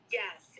yes